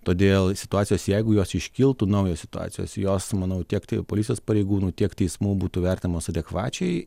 todėl situacijos jeigu jos iškiltų naujos situacijos jos manau tiek tai policijos pareigūnų tiek teismų būtų vertinamos adekvačiai